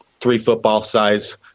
three-football-size